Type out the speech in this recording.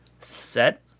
set